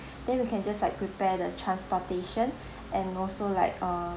then we can just like prepare the transportation and also like uh